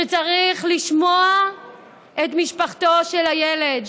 שצריך לשמוע את משפחתו של הילד,